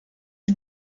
die